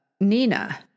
Nina